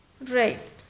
Right